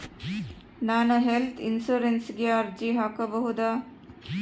ನಾನು ಹೆಲ್ತ್ ಇನ್ಶೂರೆನ್ಸಿಗೆ ಅರ್ಜಿ ಹಾಕಬಹುದಾ?